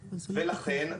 ולכן,